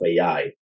AI